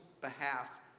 behalf